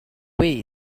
way